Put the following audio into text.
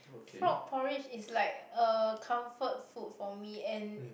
frog porridge is like a comfort food for me and